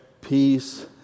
peace